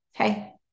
Okay